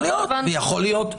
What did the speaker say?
יכול להיות.